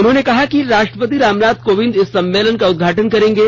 उन्होंने कहा कि राष्ट्रपति रामनाथ कोविंद इस सम्मेलन का उदघाटन करेंगे